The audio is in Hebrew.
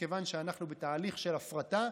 מכיוון שאנחנו בתהליך של הפרטה.